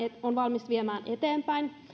on valmis viemään eteenpäin